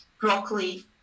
broccoli